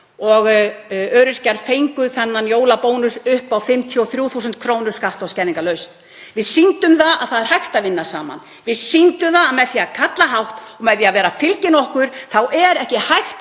og öryrkjar fengu þennan jólabónus upp á 53.000 kr., skatta- og skerðingarlaust. Við sýndum að það er hægt að vinna saman. Við sýndum að með því að kalla hátt og með því að vera fylgin okkur þá er ekki hægt